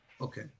Okay